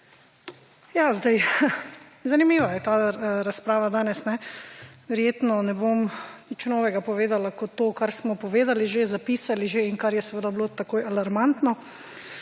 Zanimiva je ta razprava danes. Verjetno ne bom nič novega povedala kot to, kar smo povedali že, zapisali že in kar je seveda bilo takoj alarmantno.